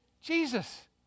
Jesus